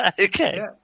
Okay